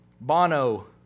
Bono